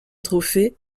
trophée